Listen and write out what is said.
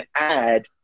add